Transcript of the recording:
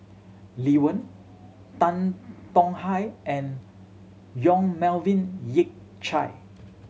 Lee Wen Tan Tong Hye and Yong Melvin Yik Chye